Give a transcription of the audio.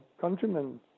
countrymen